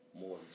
More